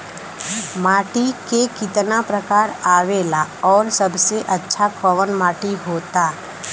माटी के कितना प्रकार आवेला और सबसे अच्छा कवन माटी होता?